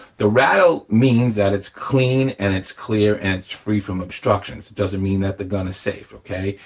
the rattle means that it's clean, and it's clear, and it's free from obstructions. it doesn't mean that the gun is safe, okay?